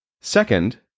Second